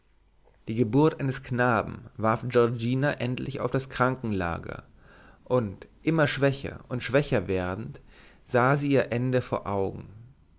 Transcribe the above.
die geburt eines knaben warf giorgina endlich auf das krankenlager und immer schwächer und schwächer werdend sah sie ihr ende vor augen